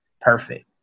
perfect